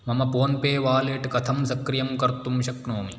मम PhonePe wallet कथं सक्रियं कर्तुं शक्नोमि